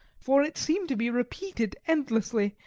for it seemed to be repeated endlessly,